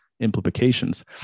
implications